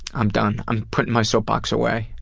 i'm done. i'm putting my soapbox away.